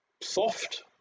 soft